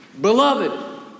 beloved